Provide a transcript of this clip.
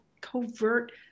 covert